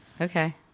Okay